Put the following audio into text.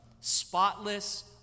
spotless